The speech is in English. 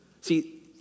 See